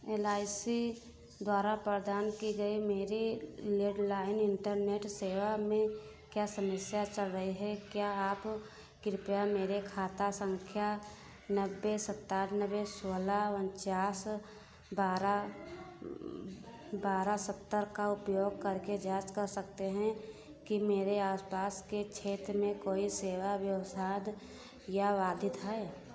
L I C द्वारा प्रदान की गई मेरी लेडलाइन इंटरनेट सेवा में क्या समस्या चल रही है क्या आप कृपया मेरे खाता संख्या नौ जीरो सत्तानवे सोलह उनचास बारह बारह सत्तर का उपयोग करके जांच सकते हैं कि मेरे आसपास के क्षेत्र में कोई सेवा या बाधित है